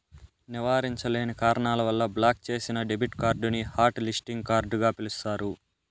నివారించలేని కారణాల వల్ల బ్లాక్ చేసిన డెబిట్ కార్డుని హాట్ లిస్టింగ్ కార్డుగ పిలుస్తారు